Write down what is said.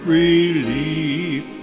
relief